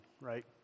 right